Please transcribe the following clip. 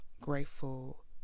grateful